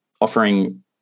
offering